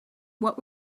what